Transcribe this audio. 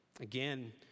Again